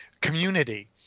community